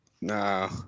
No